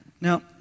Now